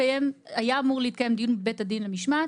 היה אמור להתקיים דיון בבית הדין למשמעת.